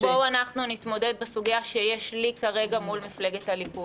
בואו אנחנו נתמודד בסוגיה שיש לי כרגע מול מפלגת הליכוד.